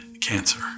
cancer